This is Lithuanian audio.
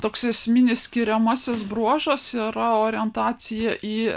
toks esminis skiriamasis bruožas yra orientacija į